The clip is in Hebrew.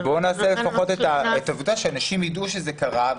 אז בואו נעשה לפחות את העובדה שאנשים ידעו שזה קרה,